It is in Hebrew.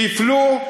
שהפלו,